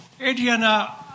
Adriana